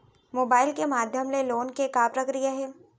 Mobile के माधयम ले लोन के का प्रक्रिया हे?